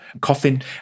coffin